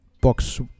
box